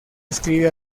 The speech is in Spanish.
escribe